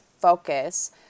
focus